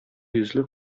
йөзле